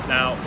Now